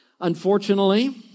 Unfortunately